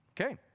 Okay